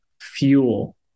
fuel